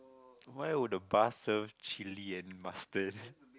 why would the bar serve chili and mustard